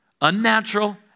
unnatural